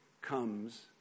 comes